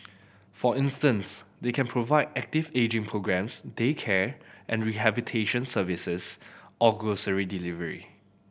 for instance they can provide active ageing programmes daycare and rehabilitation services or grocery delivery